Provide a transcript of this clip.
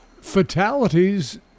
fatalities